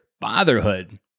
fatherhood